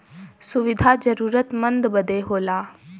सुविधा जरूरतमन्द बदे होला